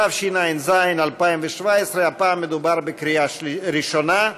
התשע"ז 2017. הפעם מדובר בקריאה ראשונה.